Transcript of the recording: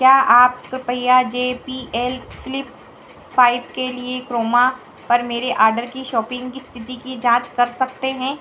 क्या आप कृपया J B L flip five के लिए क्रोमा पर मेरे आर्डर की शॉपिन्ग की इस्थिति की जाँच कर सकते हैं